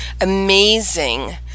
amazing